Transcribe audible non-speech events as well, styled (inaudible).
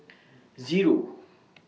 (noise) Zero